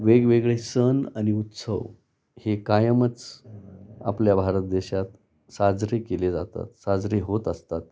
वेगवेगळे सण आणि उत्सव हे कायमच आपल्या भारत देशात साजरे केले जातात साजरे होत असतात